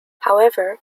however